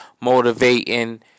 motivating